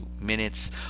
minutes